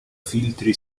filtri